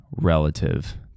relative